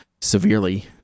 severely